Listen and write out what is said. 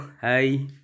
hi